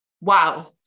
Wow